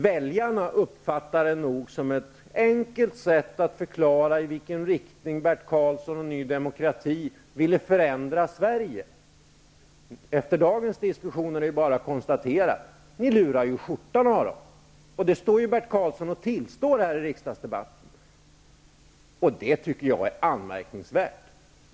Väljarna uppfattade det nog som ett enkelt sätt att förklara i vilken riktning Bert Karlsson och Ny demokrati ville förändra Sverige. Efter dagens diskussion är det bara att konstatera: Ni lurade skjortan av dem. Det tillstår Bert Karlsson här i riksdagsdebatten. Det tycker jag är anmärkningsvärt.